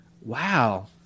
Wow